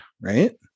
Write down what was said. right